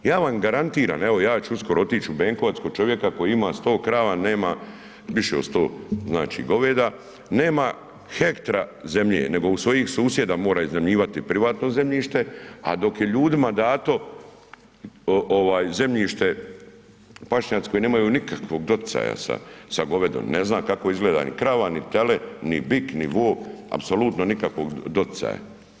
Ja vam garantiram, evo, ja ću uskoro otići u Benkovac kod čovjeka koji ima 100 krava, nema više od 100, znači goveda, nema hektra zemlje nego u svojih susjeda mora iznajmljivati privatno zemljište, a dok je ljudima dato zemljište pašnjaci koji nemaju nikakvog doticaja sa govedom, ne zna ni kako izgleda ni krava ni tele ni bik ni vol, apsolutno nikakvog doticaja.